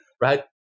right